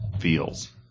feels